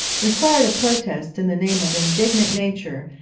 required a protest in the name of indignant nature,